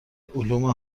علوم